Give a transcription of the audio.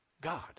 God